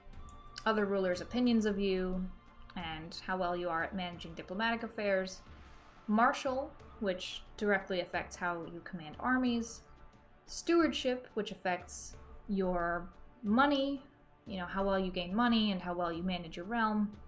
other rulers opinions of you and how well you are at managing diplomatic affairs marshall which directly affects how you command armies stewardship which affects your money you know how well you gain money and how well you manage your realm